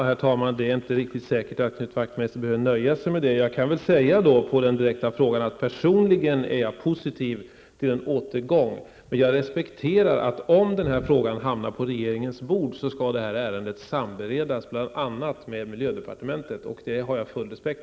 Herr talman! Det är inte riktigt säkert att Knut Wachtmeister behöver nöja sig med det. På den direkta frågan kan jag svara att jag personligen är positiv till en återgång, men jag har full respekt för att ärendet, om det hamnar på regeringens bord, skall samberedas bl.a. med miljödepartementet.